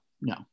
no